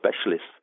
specialists